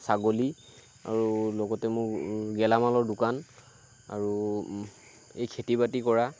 ছাগলী আৰু লগতে মোৰ গেলা মালৰ দোকান আৰু এই খেতি বাতি কৰা